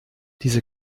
diese